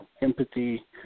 empathy